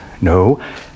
No